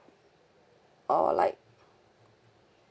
or like